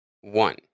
one